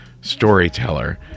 storyteller